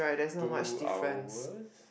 two hours